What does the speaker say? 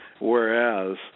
whereas